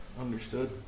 Understood